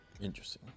Interesting